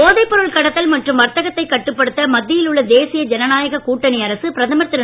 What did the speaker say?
போதைப் பொருள் கடத்தல் மற்றும் வர்த்தகத்தைக் கட்டுப்படுத்த மத்தியில் உள்ள தேசிய ஜனநாயகக் கூட்டணி அரசு பிரதமர் திரு